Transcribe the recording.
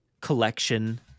collection